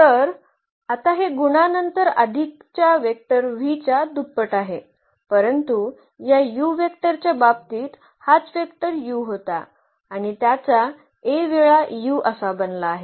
तर आता हे गुणानंतर आधीच्या वेक्टर v च्या दुप्पट आहे परंतु या u वेक्टरच्या बाबतीत हाच वेक्टर u होता आणि त्याचा A वेळा u असा बनला आहे